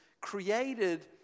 created